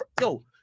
yo